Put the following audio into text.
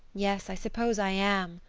yes, i suppose i am,